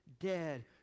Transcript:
dead